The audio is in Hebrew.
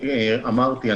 אמרתי,